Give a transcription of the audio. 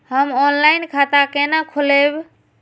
हम ऑनलाइन खाता केना खोलैब?